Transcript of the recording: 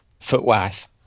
Footwife